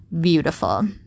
Beautiful